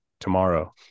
tomorrow